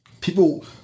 People